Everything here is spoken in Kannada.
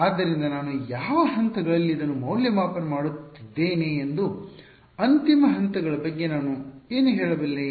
ಆದ್ದರಿಂದ ನಾನು ಯಾವ ಹಂತಗಳಲ್ಲಿ ಇದನ್ನು ಮೌಲ್ಯಮಾಪನ ಮಾಡುತ್ತಿದ್ದೇನೆ ಎಂದು ಅಂತಿಮ ಹಂತಗಳ ಬಗ್ಗೆ ನಾನು ಏನು ಹೇಳಬಲ್ಲೆ